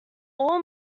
all